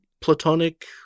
platonic